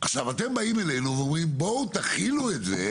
עכשיו אתם באים אלינו ואומרים בואו תחילו את זה